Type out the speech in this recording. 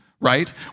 right